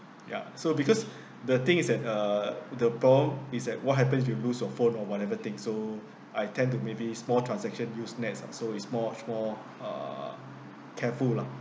ya so because the thing is that uh the problem is that what happens if you lose your phone or whatever thing so I tend to maybe small transaction use NETS uh so it's much more uh careful lah